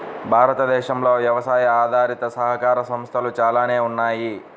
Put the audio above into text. భారతదేశంలో వ్యవసాయ ఆధారిత సహకార సంస్థలు చాలానే ఉన్నాయి